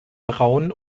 braun